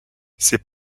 ses